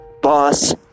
boss